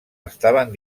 estaven